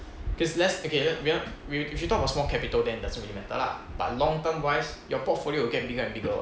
cause less okay le~ 没有 we we should talk about small capital then it doesn't really matter lah but long term wise your portfolio will get bigger and bigger [what]